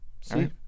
see